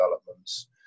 developments